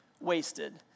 wasted